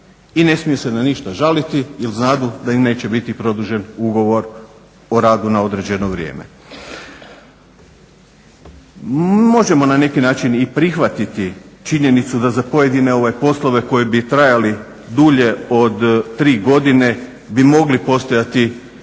i ne smiju se na ništa žaliti jer znadu da im neće biti produžen ugovor o radu na određeno vrijeme. Možemo na neki način i prihvatiti činjenicu da za pojedine poslove koji bi trajali dulje od 3 godine bi mogli postojati i